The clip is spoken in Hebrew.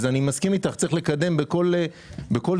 אני מסכים איתך שצריך לקדם בכל צורה,